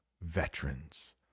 veterans